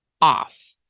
off